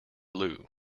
loo